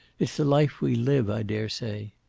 it's the life we live, i dare say.